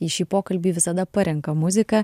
į šį pokalbį visada parenka muziką